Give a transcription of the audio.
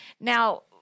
Now